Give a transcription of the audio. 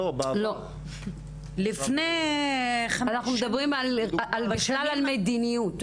אנחנו מדברים על מדיניות.